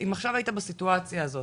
אם עכשיו היית בסיטואציה הזאת,